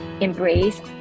embrace